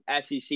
SEC